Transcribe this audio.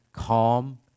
calm